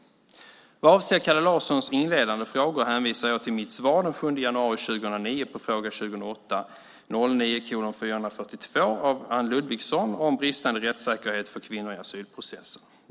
Vad avser Kalle Larssons inledande frågor hänvisar jag till mitt svar den 7 januari 2009 på fråga 2008/09:442 av Anne Ludvigsson om bristande rättssäkerhet för kvinnor i asylprocessen.